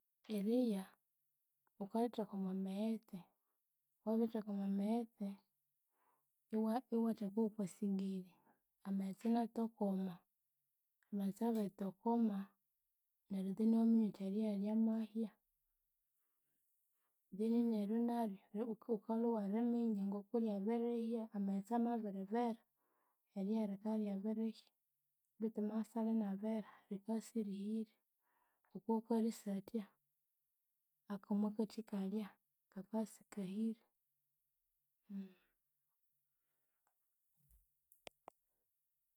Eriya wukaritheka omwamaghetse, wabiritheka omwamaghetse iwa- iwatheka wokwasigiri amaghetse inatokoma, amaghetse abiri thokoma neryu then iwaminya wuthi eriya ryamahya. Then neryi naryu wukalhwa iwariminya kuryabirihya amaghetse amabiribera eriya rikaryabirihya betu amabya isyali nabera rika isirihire. Wuka wukarisathya akomwakathi kalya kakasikahire